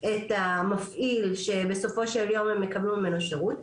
את המפעיל שבסופו של יום הן יקבלו ממנו שירות,